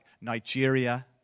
Nigeria